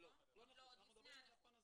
לא נכות, אנחנו מדברים על הפן הזמני,